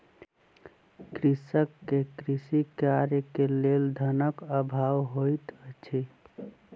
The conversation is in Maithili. कृषक के कृषि कार्य के लेल धनक अभाव होइत अछि